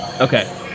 Okay